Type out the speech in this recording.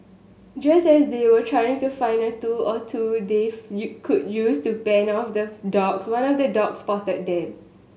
just as they were trying to find a tool or two could use to fend off the dogs one of the dogs spotted them